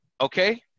Okay